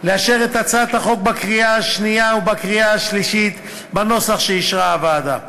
לאשר את הצעת החוק בקריאה השנייה ובקריאה השלישית בנוסח שאישרה הוועדה.